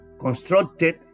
constructed